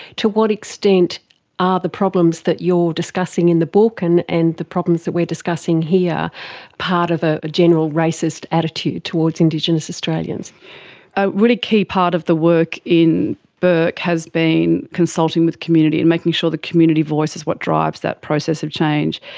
to what extent are the problems that you're discussing in the book and and the problems that we are discussing here part of ah a general racist attitude towards indigenous australians? a a really key part of the work in bourke has been consulting with community and making sure the community voice is what drives that process of change.